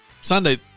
Sunday